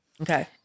Okay